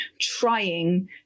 trying